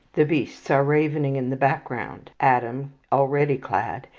the beasts are ravening in the background. adam, already clad,